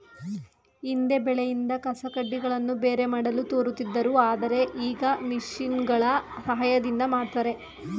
ಹಿಂದೆ ಬೆಳೆಯಿಂದ ಕಸಕಡ್ಡಿಗಳನ್ನು ಬೇರೆ ಮಾಡಲು ತೋರುತ್ತಿದ್ದರು ಆದರೆ ಈಗ ಮಿಷಿನ್ಗಳ ಸಹಾಯದಿಂದ ಮಾಡ್ತರೆ